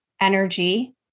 energy